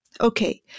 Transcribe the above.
Okay